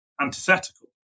antithetical